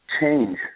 change